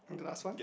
and the last one